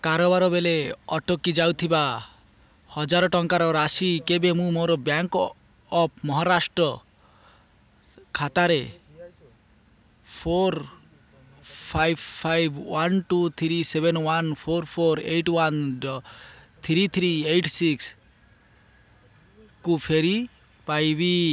କାରବାର ବେଳେ ଅଟକି ଯାଇଥିବା ହଜାର ଟଙ୍କାର ରାଶି କେବେ ମୁଁ ମୋର ବ୍ୟାଙ୍କ୍ ଅଫ୍ ମହାରାଷ୍ଟ୍ର ଖାତାର four five five one two three seven one four four eight one ଡ ଥ୍ରୀ ଥ୍ରୀ ଏଇଟ୍ ସିକ୍ସକୁ ଫେରିପାଇବି